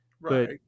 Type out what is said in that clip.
Right